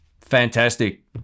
Fantastic